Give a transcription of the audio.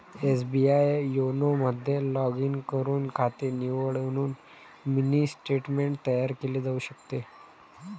SBI YONO मध्ये log in करून खाते निवडून मिनी स्टेटमेंट तयार केले जाऊ शकते